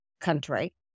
country